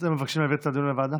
אתם מבקשים באמת לדון בוועדה?